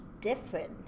different